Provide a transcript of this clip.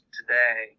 today